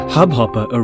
Hubhopper